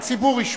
הציבור ישפוט.